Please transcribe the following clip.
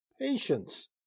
patience